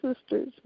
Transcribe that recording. sisters